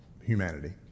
humanity